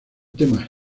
tema